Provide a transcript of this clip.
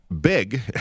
big